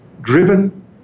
driven